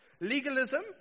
Legalism